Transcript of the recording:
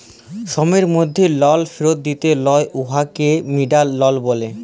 সময়ের মধ্যে লল ফিরত দিতে হ্যয় উয়াকে ডিমাল্ড লল ব্যলে